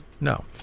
no